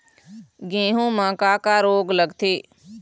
गेहूं म का का रोग लगथे?